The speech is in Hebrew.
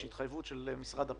יש התחייבות של משרד הפנים,